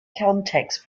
context